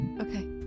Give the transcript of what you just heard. Okay